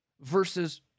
versus